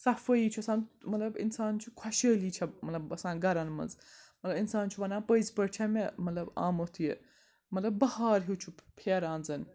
صفٲیی چھُ آسان مطلب اِنسان چھُ خۄشحٲلی چھےٚ مطلب بَسان گَرَن مَنٛز مطلب اِنسان چھُ وَنان پٔزۍ پٲٹھۍ چھٚ مےٚ مطلب آمُت یہِ مطلب بَہار ہیٚوٗ چھُ پھیران زَن